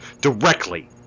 directly